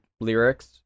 lyrics